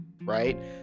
right